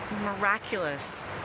miraculous